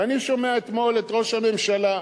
ואני שומע אתמול את ראש הממשלה.